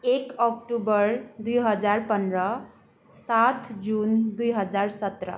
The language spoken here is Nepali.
एक अक्टोबर दुई हजार पन्ध्र सात जुन दुई हजार सत्र